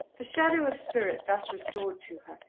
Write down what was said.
the shadow of spirit thus restored to her,